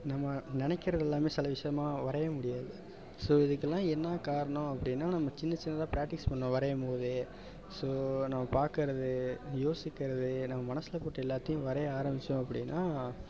நம்ம நினைக்கறதெல்லாமே சில விஷயமாக வரைய முடியாது ஸோ இதுக்கெல்லாம் என்ன காரணம் அப்படின்னா நம்ம சின்னச் சின்னதாக ப்ராக்டிஸ் பண்ணணும் வரையும் போதே ஸோ நம்ம பார்க்கறது யோசிக்கிறது எ நம்ம மனசில் பட்ட எல்லாத்தையும் வரைய ஆரம்பித்தோம் அப்படின்னா